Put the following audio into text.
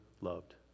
loved